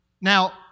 Now